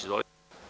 Izvolite.